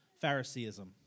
Phariseeism